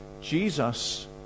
Jesus